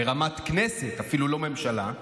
ברמת הכנסת, אפילו לא ממשלה,